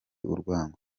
urwango